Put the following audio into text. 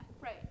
right